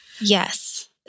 Yes